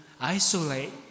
isolate